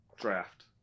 draft